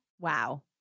Wow